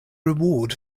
reward